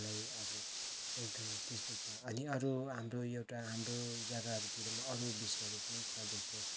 मलाई अब एकदमै त्यस्तो छ अनि अरू हाम्रो एउटा हाम्रो जग्गाहरूतिर पनि अरू बिषयहरू पनि छ जस्तो